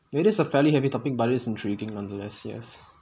it is a fairly heavy topic but it is intriguing nonetheless yes